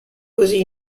causé